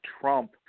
Trump